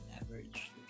average